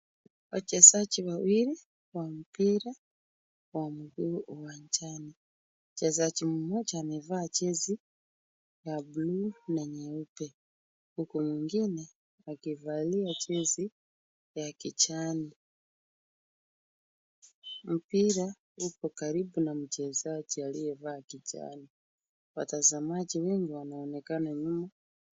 Wachezaji wawili wa mpira wa mguu uwanjani. Mchezaji mmoja amevaa jezi ya buluu na nyeupe huku mwengine akivalia jezi ya kijani. Mpira uko karibu na mchezaji aliyevaa kijani. Watazamaji wengi wanaonekana nyuma.